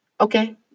okay